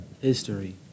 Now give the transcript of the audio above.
history